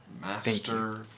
Master